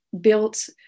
built